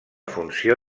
funció